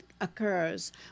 occurs